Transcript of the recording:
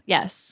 Yes